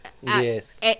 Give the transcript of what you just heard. Yes